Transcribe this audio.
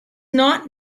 not